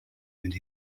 mynd